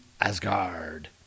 Asgard